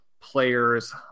players